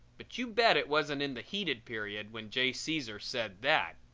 but you bet it wasn't in the heated period when j. caesar said that!